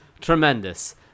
tremendous